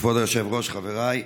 כבוד היושב-ראש, חבריי,